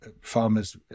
farmers